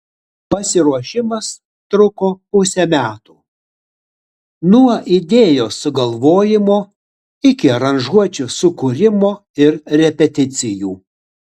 pasiruošimas truko pusę metų nuo idėjos sugalvojimo iki aranžuočių sukūrimo ir repeticijų